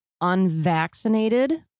unvaccinated